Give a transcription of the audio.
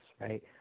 right